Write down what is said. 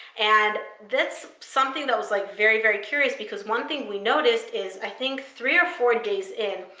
and that's something that was like very, very curious because one thing we noticed is, i think three or four days in,